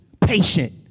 Patient